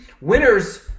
winners –